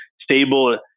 stable